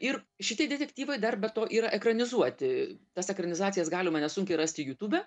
ir šitie detektyvai dar be to yra ekranizuoti tas ekranizacijas galima nesunkiai rasti jutube